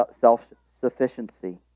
self-sufficiency